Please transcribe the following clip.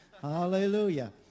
hallelujah